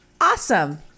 Awesome